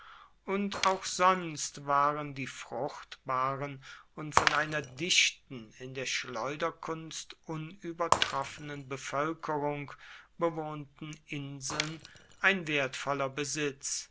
und auch sonst waren die fruchtbaren und von einer dichten in der schleuderkunst unübertroffenen bevölkerung bewohnten inseln ein wertvoller besitz